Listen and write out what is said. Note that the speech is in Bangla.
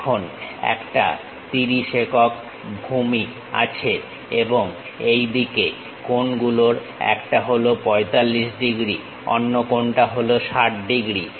এর একটা 30 একক ভূমি আছে এবং এইদিকে কোণগুলোর একটা হল 45 ডিগ্রী অন্য কোণটা হল 60 ডিগ্রী